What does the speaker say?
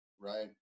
right